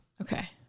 okay